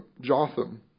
Jotham